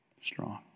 Strong